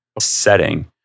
setting